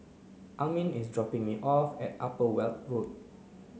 Amin is dropping me off at Upper Weld Road